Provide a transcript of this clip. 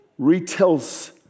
retells